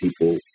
people